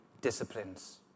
disciplines